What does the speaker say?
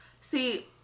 See